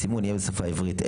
הסימון יהיה בשפה העברית,